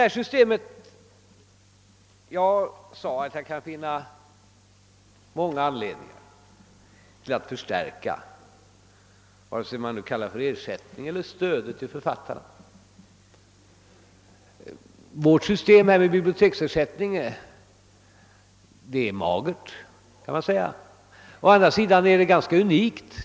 ä Jag sade att jag kan finna många anledningar att förstärka ersättningen eller stödet till författarna, vilket ord man nu vill använda. Vårt system med biblioteksersättning kan sägas ge magert resultat, men å andra sidan är det unikt.